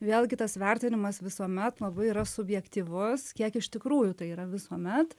vėlgi tas vertinimas visuomet labai yra subjektyvus kiek iš tikrųjų tai yra visuomet